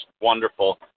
wonderful